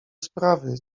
sprawy